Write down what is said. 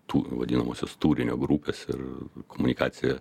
tų vadinamosios turinio grupės ir komunikacija